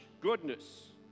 goodness